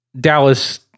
dallas